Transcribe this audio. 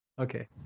Okay